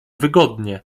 wygodnie